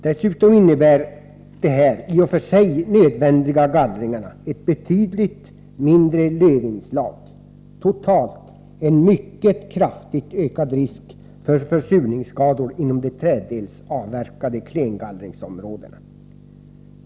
Dessutom innebär de här i och för sig nödvändiga gallringarna ett betydligt mindre lövinslag. Totalt betyder det en mycket kraftigt ökad risk för försurningsskador inom de träddelsavverkade klengallringsområdena.